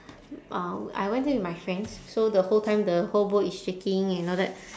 uh I went there with my friends so the whole time the whole boat is shaking and all that